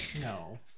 no